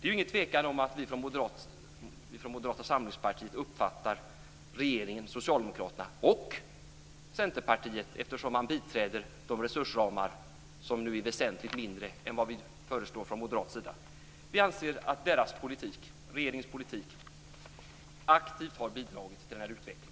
Det är ingen tvekan om hur vi från Moderata samlingspartiet uppfattar regeringen, Socialdemokraterna och Centerpartiet - eftersom man biträder de resursramar som nu är väsentligt mindre än vad vi föreslår från moderat sida. Vi anser att regeringens politik aktivt har bidragit till denna utveckling.